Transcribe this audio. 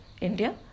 India